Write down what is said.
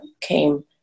came